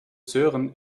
sören